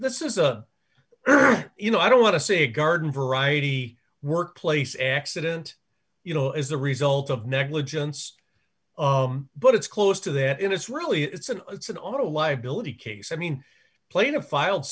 this is a you know i don't want to say garden variety workplace accident you know as the result of negligence but it's close to that and it's really it's an it's an all liability case i mean plaintiff filed